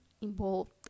involved